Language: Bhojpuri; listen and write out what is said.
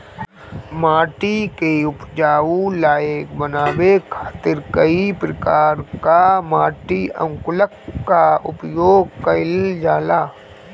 माटी के उपजाऊ लायक बनावे खातिर कई प्रकार कअ माटी अनुकूलक कअ उपयोग कइल जाला